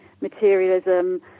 materialism